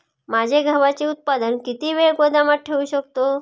माझे गव्हाचे उत्पादन किती वेळ गोदामात ठेवू शकतो?